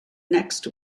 next